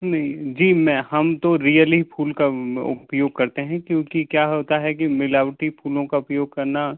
नहीं जी मैं हम तो रियली फूल का म उपयोग करते हैं क्योंकि क्या होता है कि मिलावटी फूलों का उपयोग करना